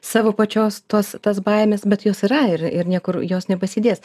savo pačios tos tas baimes bet jos yra ir ir niekur jos nepasidės